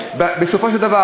בנושא הזה דווקא,